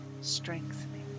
strengthening